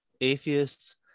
atheists